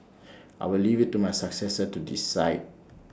I will leave IT to my successor to decide